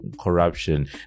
corruption